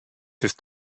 ist